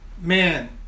man